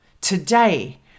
today